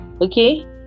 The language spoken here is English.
Okay